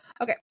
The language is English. Okay